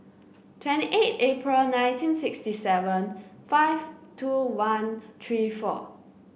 twenty eight April nineteen sixty seven five two one three four